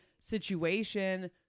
situation